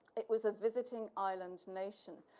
it was a visiting island nation,